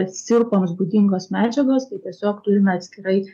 sirupams būdingos medžiagos tai tiesiog turime atskirai